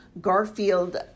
Garfield